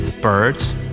birds